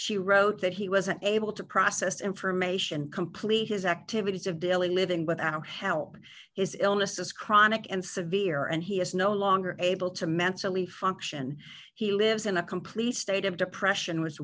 she wrote that he wasn't able to process information complete his activities of daily living without help his illness is chronic and severe and he is no longer able to mentally function he lives in a complete state of depression was